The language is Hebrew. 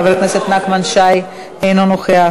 חבר הכנסת נחמן שי, אינו נוכח.